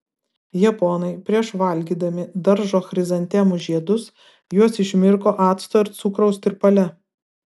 japonai prieš valgydami daržo chrizantemų žiedus juos išmirko acto ir cukraus tirpale